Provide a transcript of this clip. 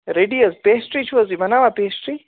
ready حظ pastry چھُو حظ تُہۍ بَناوان پیسٹرٛی